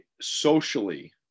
socially